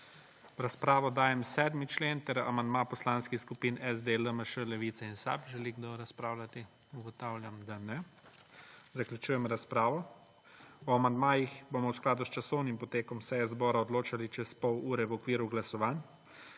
V razpravo dajem 7. člen ter amandma Poslanskih skupin SD, LMŠ, Levica in SAB. Želi kdo razpravljati? (Ne.) Zaključujem razpravo. O amandmajih bomo v skladu z časovnim potekom seje zbora odločali čez pol ure v okviru glasovanj.